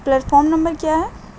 platform number کیا ہے